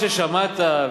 מה ששמעת,